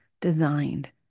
designed